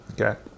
okay